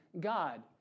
God